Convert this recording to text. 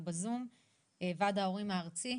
ועד ההורים הארצי.